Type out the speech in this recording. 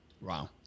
Wow